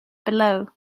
below